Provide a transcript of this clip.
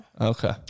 Okay